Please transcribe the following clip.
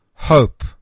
Hope